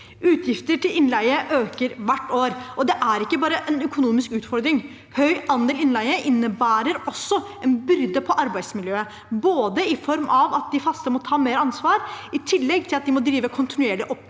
Utgifter til innleie øker hvert år, og det er ikke bare en økonomisk utfordring. Høy andel innleie innebærer også en byrde for arbeidsmiljøet i form av at de faste må ta mer ansvar i tillegg til at de må drive kontinuerlig